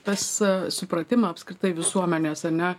tas supratimo apskritai visuomenės ar ne